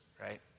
right